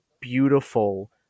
beautiful